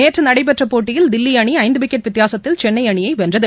நேற்று நடைபெற்ற போட்டியில் தில்லி அணி ஐந்து விக்கெட் வித்தியாசத்தில் சென்னை அணியை வென்றது